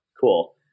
cool